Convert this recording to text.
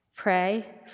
Pray